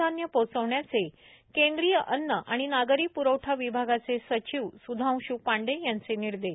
धान्य पोहचवण्याचे केंद्रीय अन्न आणि नागरी प्रवठा विभागाचे सचिव सुधांश पांडे यांचे निर्देश